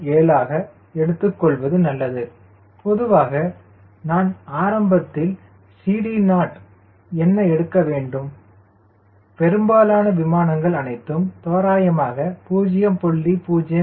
7 ஆக எடுத்துக்கொள்வது நல்லது பொதுவாக நான் ஆரம்பத்தில் CD0 என்ன எடுக்க வேண்டும் பெரும்பாலான விமானங்கள் அனைத்தும் தோராயமாக 0